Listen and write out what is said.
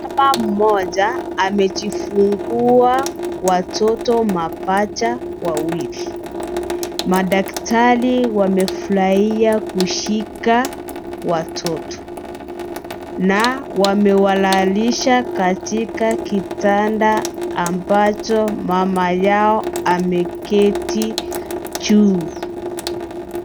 Mama mmoja, amejifungua watoto mapacha wawili. Madaktari wamefurahia kushika watoto, na wamewalalisha katika kitanda ambacho mama yao ameketi juu.